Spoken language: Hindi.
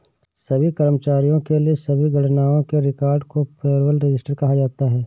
सभी कर्मचारियों के लिए सभी गणनाओं के रिकॉर्ड को पेरोल रजिस्टर कहा जाता है